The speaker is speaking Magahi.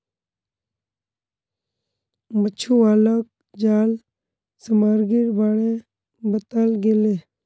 मछुवालाक जाल सामग्रीर बारे बताल गेले